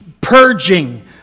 purging